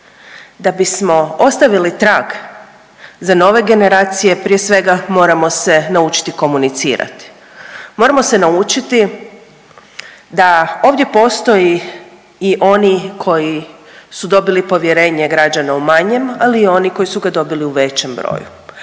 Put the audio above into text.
Da bismo ostavili trag za nove generacije, prije svega, moramo se naučiti komunicirati, moramo se naučiti da ovdje postoje i oni koji su dobili povjerenje građana u manjem, ali i oni koji su ga dobili u većem broju.